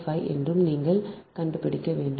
5 என்றும் நீங்கள் கண்டுபிடிக்க வேண்டும்